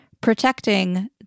protecting